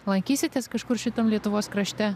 lankysitės kažkur šitam lietuvos krašte